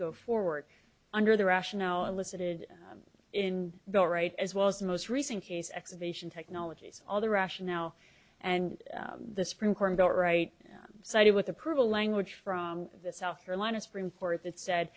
go forward under the rationale elicited in the right as well as the most recent case exhibition technologies all the rationale and the supreme court right sided with approval language from the south carolina supreme court that said